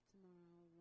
Tomorrow